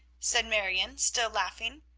said marion, still laughing.